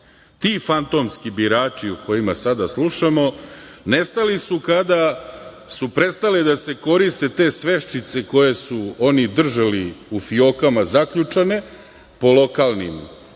fantomski birači o kojima sada slušamo nestali su kada su prestale da se koriste te sveščice koje su oni držali u fiokama zaključane, po lokalnim